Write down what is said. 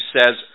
says